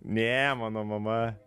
ne mano mama